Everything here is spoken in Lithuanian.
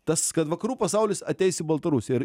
tas kad vakarų pasaulis ateis į baltarusiją ir